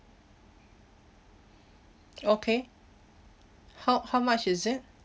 okay how how much is it